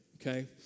okay